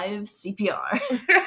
cpr